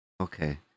Okay